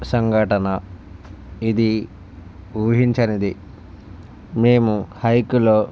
సంఘటన ఇది ఊహించనిది మేము హైక్లో